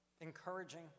Encouraging